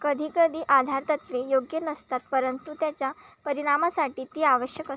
कधीकधी आधारतत्त्वे योग्य नसतात परंतु त्याच्या परिणामासाठी ती आवश्यक असते